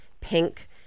pink